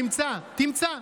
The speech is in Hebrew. תמצא, תמצא.